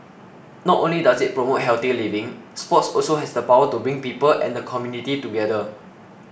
not only does it promote healthier living sports also has the power to bring people and the community together